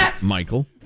Michael